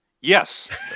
Yes